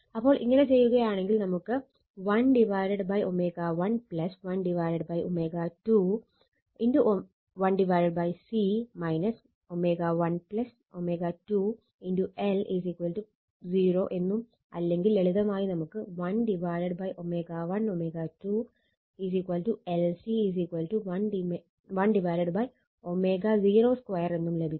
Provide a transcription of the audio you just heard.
അപ്പോൾ ഇങ്ങനെ ചെയ്യുകയാണെങ്കിൽ നമുക്ക് 1ω1 1ω2 1C ω1 ω2 L 0 എന്നും അല്ലെങ്കിൽ ലളിതമായി നമുക്ക് 1ω1 ω2 LC 1ω02 എന്നും ലഭിക്കും